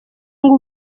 ngo